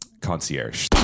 concierge